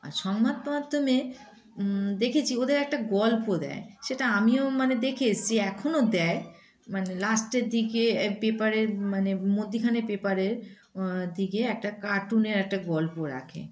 আর সংবাদ মাধ্যমে দেখেছি ওদের একটা গল্প দেয় সেটা আমিও মানে দেখে এসেছি এখনও দেয় মানে লাস্টের দিকে পেপারের মানে মধ্যিখানে পেপারের দিকে একটা কার্টুনের একটা গল্প রাখে